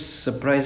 ya